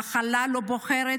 המחלה לא בוחרת,